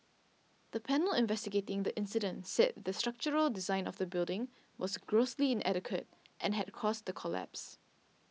the panel investigating the incident said the structural design of the building was grossly inadequate and had caused the collapse